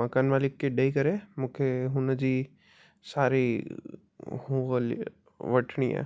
मकान मालिक के ॾेई करे मूंखे हुन जी सारी वठणी आहे